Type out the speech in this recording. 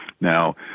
Now